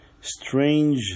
strange